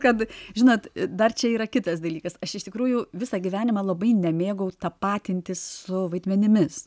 kad žinot dar čia yra kitas dalykas aš iš tikrųjų visą gyvenimą labai nemėgau tapatintis su vaidmenimis